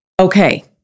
Okay